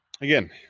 again